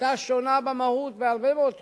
היתה שונה במהות בהרבה מאוד תחומים,